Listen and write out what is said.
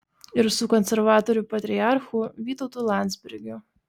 ir su konservatorių patriarchu vytautu landsbergiu